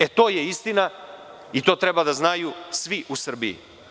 E, to je istina i to treba da znaju svi u Srbiji.